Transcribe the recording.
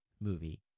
movie